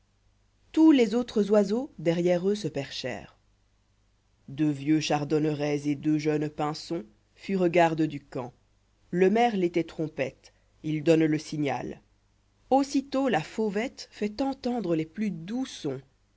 tous les autres oisësûx derrière eux se perchèrent deux vieux chardonnerets et'deux jeunes pinsonsfurent gardes'du camp le merle étoit trompette il donne le signal aussitôt la fauvette fait entendre lés plus doux sons